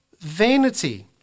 vanity